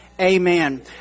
amen